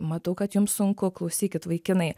matau kad jums sunku klausykit vaikinai